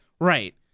Right